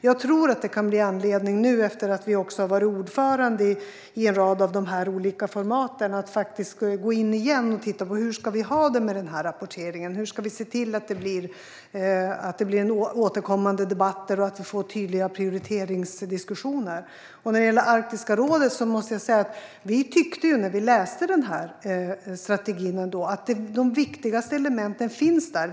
Jag tror att det kan finnas anledning, nu när vi också har varit ordförande i en rad av de här olika formaten, att faktiskt gå in igen och titta på hur vi ska ha det med den här rapporteringen, hur vi ska se till att det blir återkommande debatter och att vi får tydliga prioriteringsdiskussioner. När det gäller Arktiska rådet och strategin måste jag säga att vi ändå tyckte att de viktigaste elementen finns där.